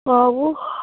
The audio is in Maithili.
आबू